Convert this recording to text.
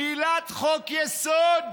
שלילת חוק-יסוד,